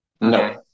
No